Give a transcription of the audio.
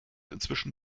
inzwischen